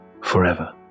forever